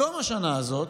בתום השנה הזאת,